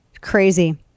Crazy